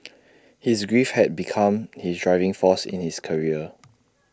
his grief had become his driving force in his career